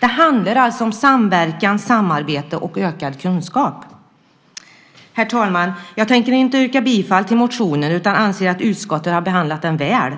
Det handlar alltså om samverkan, samarbete och ökad kunskap. Herr talman! Jag tänker inte yrka bifall till motionen utan anser att utskottet behandlat den väl.